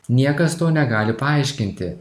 niekas to negali paaiškinti